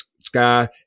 sky